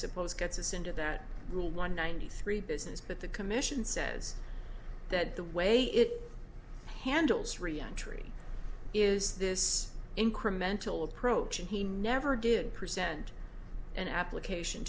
suppose gets us into that little one ninety three business but the commission says that the way it handles re entry is this incremental approach and he never did present an application